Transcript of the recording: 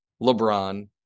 LeBron